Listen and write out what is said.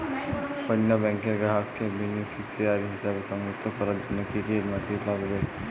অন্য ব্যাংকের গ্রাহককে বেনিফিসিয়ারি হিসেবে সংযুক্ত করার জন্য কী কী নথি লাগবে?